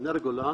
למען הפרוטוקול,